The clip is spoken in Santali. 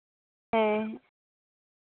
ᱦᱮᱸ